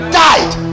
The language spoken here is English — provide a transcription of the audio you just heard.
died